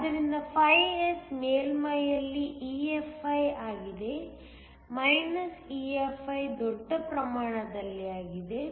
ಆದ್ದರಿಂದ φS ಮೇಲ್ಮೈಯಲ್ಲಿ EFi ಆಗಿದೆ EFi ದೊಡ್ಡ ಪ್ರಮಾಣದಲ್ಲಿ ಆಗಿದೆ